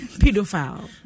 pedophile